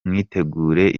mwitegure